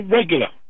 regular